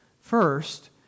first